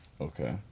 Okay